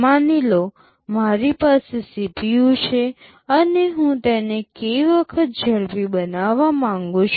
માની લો મારી પાસે CPU છે અને હું તેને k વખત ઝડપી બનાવવા માંગું છું